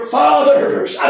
fathers